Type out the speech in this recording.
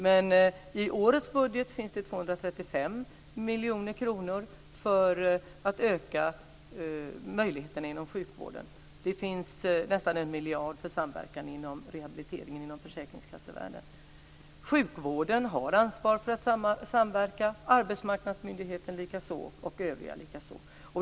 Men i årets budget finns det 235 miljoner kronor för att öka möjligheterna inom sjukvården. Det finns nästan en miljard kronor för samverkan i fråga om rehabiliteringen inom försäkringskassevärlden. Sjukvården har ansvar för att samverkan sker, arbetsmarknadsmyndigheten och övriga myndigheter likaså.